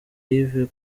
yves